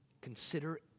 Consider